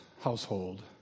household